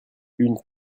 une